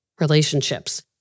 Relationships